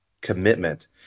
commitment